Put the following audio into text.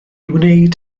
wneud